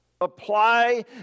Apply